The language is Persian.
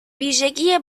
ویژگی